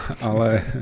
ale